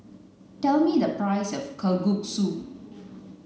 tell me the price of Kalguksu